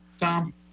Tom